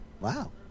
Wow